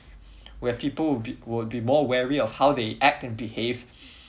where people will be will be more wary about how they act and behave